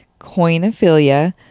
coinophilia